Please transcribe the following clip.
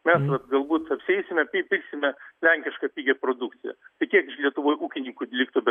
mes vat galbūt apsieisime kai pirksime lenkišką pigią produkciją tai kiek iš lietuvoj ūkininkų liktų be